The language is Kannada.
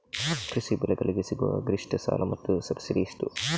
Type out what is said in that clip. ಕೃಷಿ ಬೆಳೆಗಳಿಗೆ ಸಿಗುವ ಗರಿಷ್ಟ ಸಾಲ ಮತ್ತು ಸಬ್ಸಿಡಿ ಎಷ್ಟು?